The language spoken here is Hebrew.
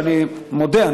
שאני מודה,